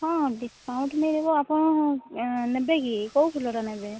ହଁ ଡିସ୍କାଉଣ୍ଟ ମିଳିବ ଆପଣ ନେବେ କି କେଉଁ ଫୁଲଟା ନେବେ